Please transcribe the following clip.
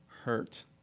hurt